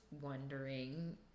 wondering